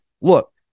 Look